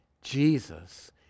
Jesus